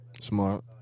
Smart